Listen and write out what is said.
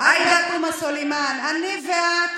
עאידה תומא סלימאן, אני ואת